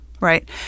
right